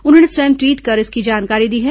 उन्होंने स्वयं ट्वीट कर इसकी जानकारी दी है